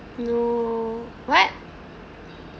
no what